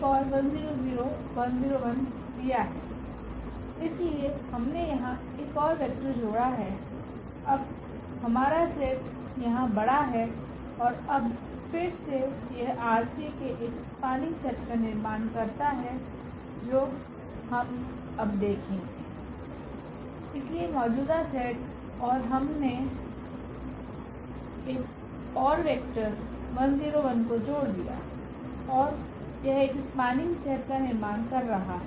इसलिए हमने यहां एक और वेक्टर जोड़ा है अब हमारा सेट यहां बड़ा है और अब फिर से यह ℝ3के एक स्पनिंग सेट का निर्माण करता है जो अब हम देखेंगे इसलिए मौजूदा सेट और हमने एक ओर वेक्टर को जोड़ दिया है और यह एक स्पनिंग सेट का निर्माण कर रहा है